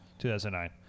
2009